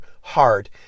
hard